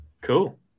Cool